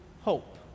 hope